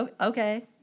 okay